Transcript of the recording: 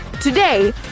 Today